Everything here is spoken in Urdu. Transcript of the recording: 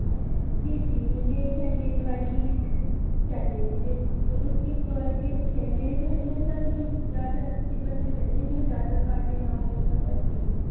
اچھا جی جی مجھے ایٹ ہنڈریڈ والی ہی چاہیے مجھے تو اس کی کوالٹی اچھی ہے میرے گھر میں سب زیادہ اچھی پسند کر رہے ہیں جس میں زیادہ کانٹے نہ ہوں سب اچھی ہو